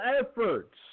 efforts